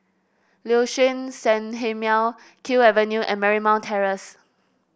Liuxun Sanhemiao Kew Avenue and Marymount Terrace